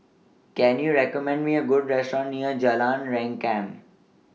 Can YOU recommend Me A Good Restaurant near Jalan Rengkam